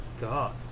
god